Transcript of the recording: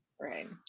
right